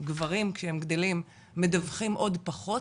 גברים שהם גדלים מדווחים עוד פחות